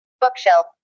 bookshelf